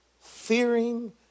fearing